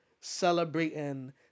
celebrating